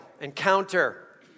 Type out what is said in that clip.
encounter